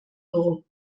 dugu